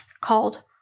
called